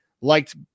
liked